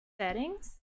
Settings